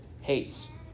hates